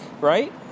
right